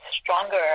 stronger